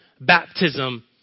baptism